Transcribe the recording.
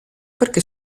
perché